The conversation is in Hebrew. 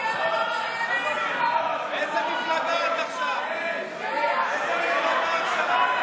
(חברי הכנסת יוראי להב הרצנו ומיכל שיר סגמן יוצאים מאולם המליאה.)